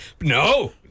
No